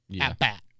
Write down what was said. at-bat